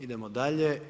Idemo dalje.